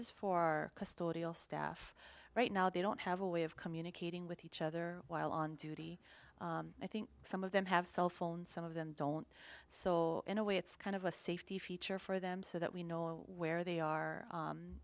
is for custodial staff right now they don't have a way of communicating with each other while on duty i think some of them have cell phones some of them don't so in a way it's kind of a safety feature for them so that we know where they are